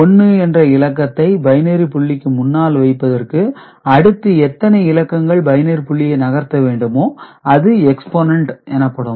1 என்ற இலக்கத்தை பைனரி புள்ளிக்கு முன்னால் வைப்பதற்கு அடுத்து எத்தனை இலக்கங்கள் பைனரி புள்ளியை நகரத்த வேண்டுமோ அது எக்ஸ்போனெட் எனப்படும்